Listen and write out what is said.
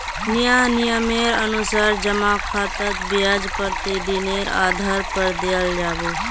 नया नियमेर अनुसार जमा खातात ब्याज प्रतिदिनेर आधार पर दियाल जाबे